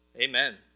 amen